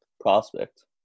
prospect